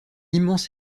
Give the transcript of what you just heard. immense